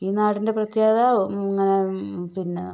ഈ നാടിന്റെ പ്രതൃേകത പിന്നെ